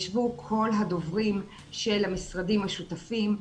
ישבנו כל הדוברים של המשרדים השותפים,